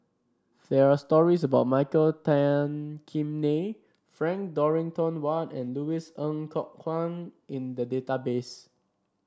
there are stories about Michael Tan Kim Nei Frank Dorrington Ward and Louis Ng Kok Kwang in the database